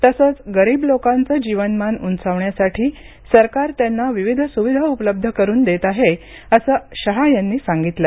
तसंच सरकार गरीब लोकांचं जीनवमान उंचावण्यासाठी सरकार त्यांना विविध सुविधा उपलब्ध करुन देत आहे असं शहा यांनी सांगितलं